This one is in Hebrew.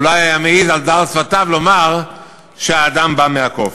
הוא לא היה מעז להעלות על דל שפתיו שהאדם בא מהקוף.